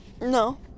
no